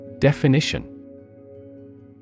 Definition